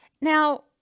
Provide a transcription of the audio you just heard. Now